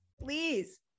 please